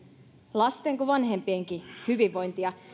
lasten kuin vanhempienkin hyvinvointia